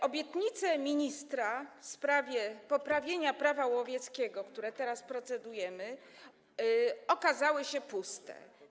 Obietnice ministra w sprawie poprawienia Prawa łowieckiego, które teraz procedujemy, okazały się puste.